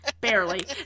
barely